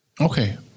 Okay